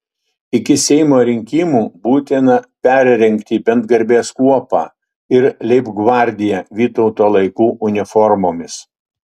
iki seimo rinkimų būtina perrengti bent garbės kuopą ir leibgvardiją vytauto laikų uniformomis